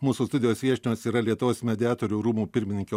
mūsų studijos viešnios yra lietuvos mediatorių rūmų pirmininkė